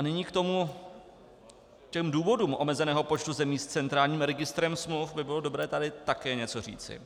Nyní k důvodům omezeného počtu zemí s centrálním registrem smluv by bylo dobré tady také něco říci.